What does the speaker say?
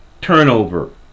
turnover